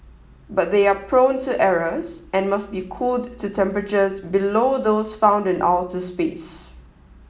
but they are prone to errors and must be cooled to temperatures below those found in outer space